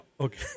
Okay